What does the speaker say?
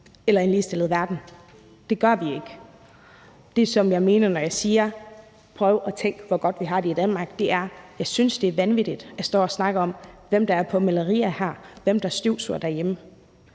eller en ligestillet verden – det gør vi ikke. Det, som jeg mener, når jeg siger, at man skal prøve at tænke på, hvor godt vi har det i Danmark, er, at jeg synes, det er vanvittigt at stå og snakke om, hvem der er på malerier her, og hvem der støvsuger derhjemme,